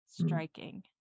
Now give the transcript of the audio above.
striking